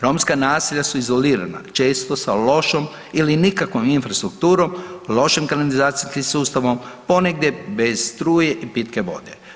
Romska naselja su izolirana često sa lošom ili nikakvom infrastrukturom, lošim kanalizacijskim sustavom, ponegdje bez struje i pitke vode.